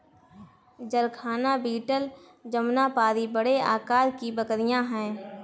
जरखाना बीटल जमुनापारी बड़े आकार की बकरियाँ हैं